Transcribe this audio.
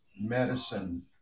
medicine